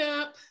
up